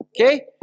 Okay